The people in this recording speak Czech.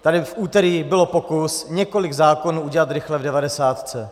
Tady v úterý byl pokus několik zákonů udělat rychle v devadesátce.